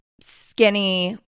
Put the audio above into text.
skinny